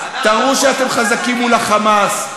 תראו שאתם חזקים מול ה"חמאס".